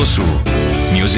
Music